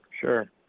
Sure